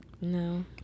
No